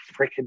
freaking